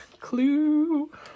Clue